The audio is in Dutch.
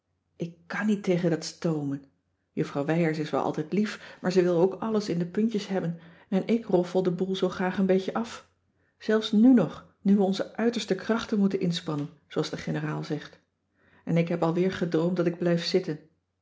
ik kan niet tegen dat stoomen juffrouw wijers is wel altijd lief maar ze wil ook alles in de puntjes hebben en ik roffel den boel zoo graag een beetje af zelfs nù nog nu we onze uiterste krachten moeten inspannen zooals de generaal zegt en ik heb al weer gedroomd dat ik blijf zitten